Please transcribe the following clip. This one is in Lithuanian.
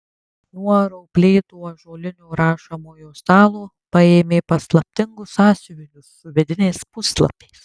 nuo rauplėto ąžuolinio rašomojo stalo paėmė paslaptingus sąsiuvinius su vidiniais puslapiais